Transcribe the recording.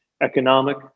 economic